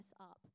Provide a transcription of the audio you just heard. up